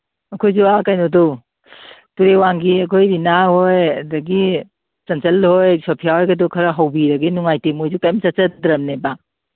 ꯑꯩꯈꯣꯏꯁꯨ ꯑꯥ ꯀꯩꯅꯣꯗꯣ ꯇꯨꯔꯦꯜ ꯋꯥꯡꯒꯤ ꯑꯩꯈꯣꯏ ꯔꯤꯅꯥꯍꯣꯏ ꯑꯗꯒꯤ ꯆꯟꯆꯟꯍꯣꯏ ꯁꯣꯐꯤꯌꯥꯍꯣꯏꯒꯗꯣ ꯈꯔ ꯍꯧꯕꯤꯔꯒꯦ ꯅꯨꯡꯉꯥꯏꯇꯦ ꯃꯣꯏꯁꯨ ꯀꯩꯝ ꯆꯠꯆꯗ꯭ꯔꯕꯅꯦꯕ